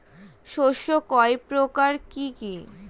শস্য কয় প্রকার কি কি?